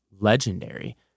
legendary